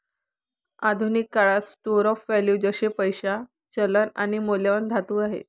आधुनिक काळात store of value जसे पैसा, चलन आणि मौल्यवान धातू आहे